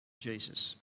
Jesus